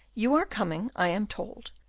you are coming, i am told,